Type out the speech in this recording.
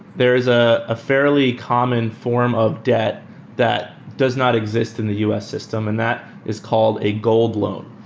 there is ah a fairly common form of debt that does not exist in the us system and that is called a gold loan.